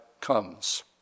comes